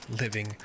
living